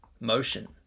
motion